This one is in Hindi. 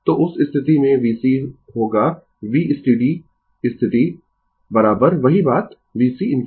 तो उस स्थिति में vc होगा V स्टीडी स्थिति वही बात vc infinity